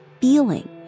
feeling